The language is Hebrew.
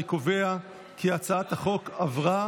אני קובע כי הצעת החוק עברה